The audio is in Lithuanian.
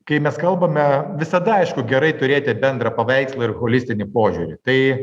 kai mes kalbame visada aišku gerai turėti bendrą paveikslą ir holistinį požiūrį tai